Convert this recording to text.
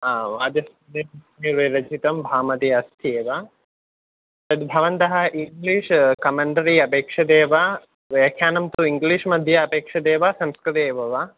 आ वाचस्पतिमिश्रैः रचितं भामति अस्ति एव तद् भवन्तः इङ्ग्लीश् कामेण्टरि अपेक्षदे वा व्याख्यानं तु इङ्ग्लीश् मध्ये अपेक्षते वा संस्कृते एव वा